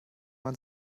man